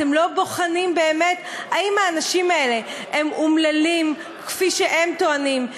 אתם לא בוחנים באמת אם האנשים האלה אומללים כפי שהם טוענים,